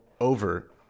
over